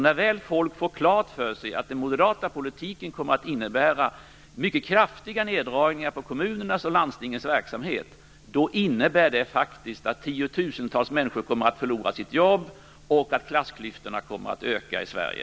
Folk måste få klart för sig att den moderata politiken kommer att innebära mycket kraftiga neddragningar i kommunernas och landstingens verksamhet, vilket i sin tur kommer att innebära att tiotusentals människor förlorar sina jobb och att klassklyftorna ökar i Sverige.